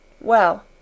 Well